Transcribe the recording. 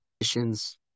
missions